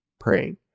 praying